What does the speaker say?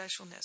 specialness